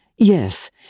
Yes